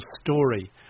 story